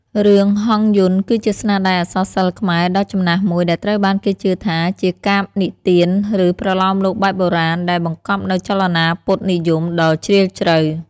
រឿង ហង្សយន្ត គឺជាស្នាដៃអក្សរសិល្ប៍ខ្មែរដ៏ចំណាស់មួយ ដែលត្រូវបានគេជឿថាជាកាព្យនិទាន ឬប្រលោមលោកបែបបុរាណ ដែលបង្កប់នូវចលនាពុទ្ធនិយមដ៏ជ្រាលជ្រៅ។